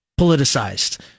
politicized